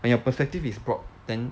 when your perspective is broad then